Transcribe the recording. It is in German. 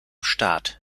staat